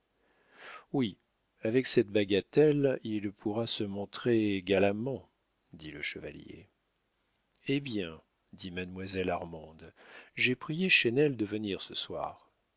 oui avec cette bagatelle il pourra se montrer galamment dit le chevalier hé bien dit mademoiselle armande j'ai prié chesnel de venir ce soir